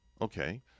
Okay